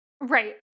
Right